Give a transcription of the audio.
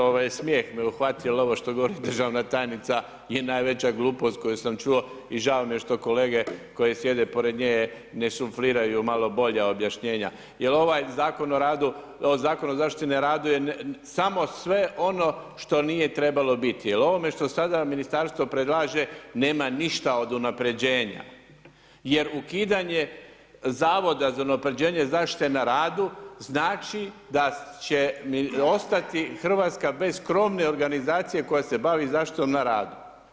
ispričavam se, smijeh me uhvatio jer ovo što vi govori državna tajnica je najveća glupost koju sam čuo i žao mi je što kolege koji sjede pored nje ne sufliraju joj malo bolja objašnjenja jer ovaj Zakon o zaštiti na radu je samo sve ono što nije trebalo biti jer ovo što sada ministarstvo predlaže, nema ništa od unaprjeđenja jer ukidanje Zavoda za unaprjeđenje zaštite na radu znači da će ostati Hrvatska bez krovne organizacije koja se bavi zaštitom na radu.